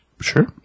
Sure